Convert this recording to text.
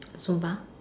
Zumba